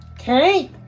okay